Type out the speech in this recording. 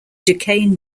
duquesne